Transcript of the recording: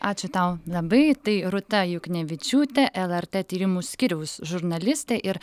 ačiū tau labai tai rūta juknevičiūtė lrt tyrimų skyriaus žurnalistė ir